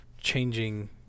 changing